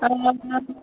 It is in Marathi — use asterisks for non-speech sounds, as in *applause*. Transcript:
*unintelligible*